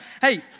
hey